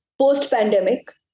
post-pandemic